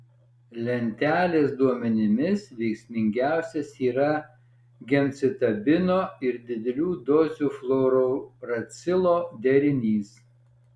lentelės duomenimis veiksmingiausias yra gemcitabino ir didelių dozių fluorouracilo derinys